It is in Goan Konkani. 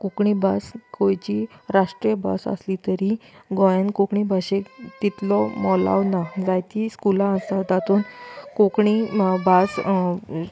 कोंकणी भास गोंयची राष्ट्रीय भास आसलीं तरी गोंयान कोंकणी भाशेक तितलो मोलाव ना जायती स्कुलां आसा तातूंत कोंकणी भास